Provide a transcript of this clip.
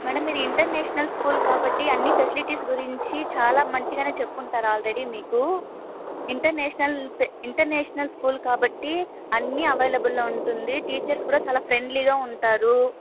madam ఇది international school కాబట్టి అన్ని ఫెసిలిటీస్ గురించి చాలా మంచిగానే చెప్పుంటారు ఆల్రెడీ మీకు ఇంటర్నేషనల్ ఇంటర్నేషనల్ స్కూల్ కాబట్టి అన్నీ అవైలబుల్గా ఉంటుంది టీచర్స్ కూడా చాలా ఫ్రెండ్లీగా ఉంటారు